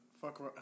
Fuck